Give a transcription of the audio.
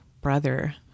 brother